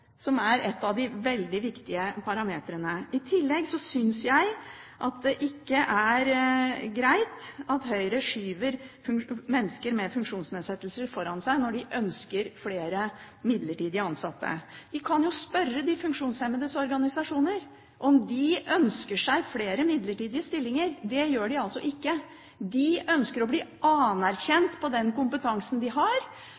det ikke er greit at Høyre skyver mennesker med funksjonsnedsettelser foran seg når de ønsker flere midlertidig ansatte. Vi kan jo spørre de funksjonshemmedes organisasjoner om de ønsker seg flere midlertidige stillinger. Det gjør de altså ikke. De ønsker å bli